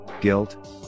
guilt